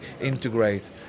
integrate